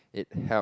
it help